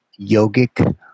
Yogic